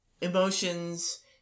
emotions